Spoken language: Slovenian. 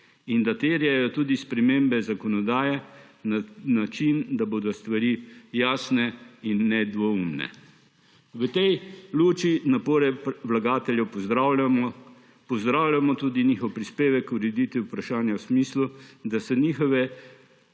in terjajo tudi spremembe zakonodaje na način, da bodo stvari jasne in nedvoumne. V tej luči napore vlagateljev pozdravljamo. Pozdravljamo tudi njihov prispevek k ureditvi vprašanja v smislu, da so njihove